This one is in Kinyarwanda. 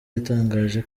yatangaje